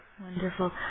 Wonderful